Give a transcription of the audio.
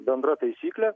bendra taisyklė